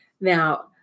Now